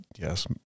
Yes